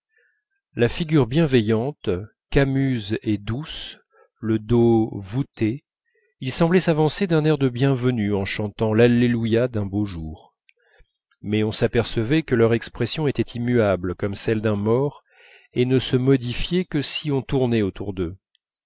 la figure bienveillante camuse et douce le dos voûté ils semblaient s'avancer d'un air de bienvenue en chantant l'alleluia d'un beau jour mais on s'apercevait que leur expression était immuable comme celle d'un mort et ne se modifiait que si on tournait autour d'eux